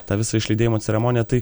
tą visą išlydėjimo ceremoniją tai